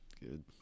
good